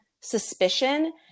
suspicion